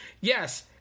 yes